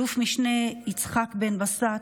אלוף משנה יצחק בן בשט,